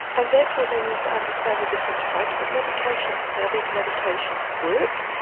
and therefore they need to understand the different types of medication, how these medications work,